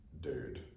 dude